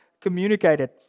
communicated